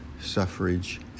Suffrage